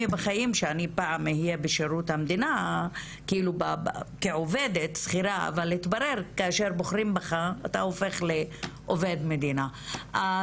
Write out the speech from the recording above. נותנת שירותים שהיו צריכים להיות עובדי מדינה והופכת אותם לעובדי קבלן,